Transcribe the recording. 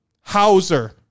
Hauser